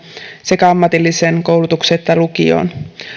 sekä ammatilliseen koulutukseen että lukioon